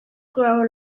grow